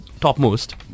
topmost